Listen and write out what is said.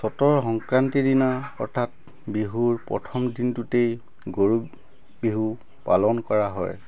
চ'তৰ সংক্ৰান্তিৰ দিনা অৰ্থাৎ বিহুৰ প্ৰথম দিনটোতেই গৰু বিহু পালন কৰা হয়